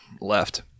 left